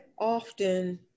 often